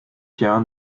jahren